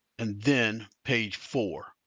and then page four,